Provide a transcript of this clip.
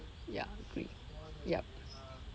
ya agree yup